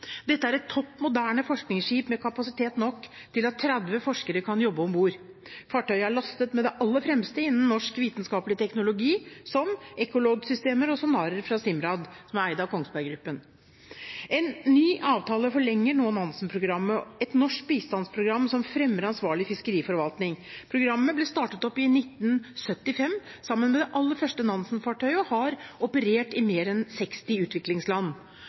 Dette er et topp moderne forskningsskip med kapasitet nok til at 30 forskere kan jobbe om bord. Fartøyet er lastet med det aller fremste innen norsk vitenskapelig teknologi, som ekkoloddsystemer og sonarer fra Simrad, som er eid av Kongsberg Gruppen. En ny avtale forlenger nå Nansen-programmet, et norsk bistandsprogram som fremmer ansvarlig fiskeriforvaltning. Programmet ble startet opp i 1975 sammen med det aller første Nansen-fartøyet og har operert i mer enn 60 utviklingsland.